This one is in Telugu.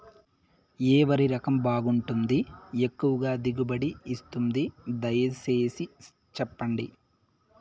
ఏ వరి రకం బాగుంటుంది, ఎక్కువగా దిగుబడి ఇస్తుంది దయసేసి చెప్పండి?